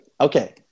Okay